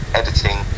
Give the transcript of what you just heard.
editing